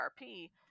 RP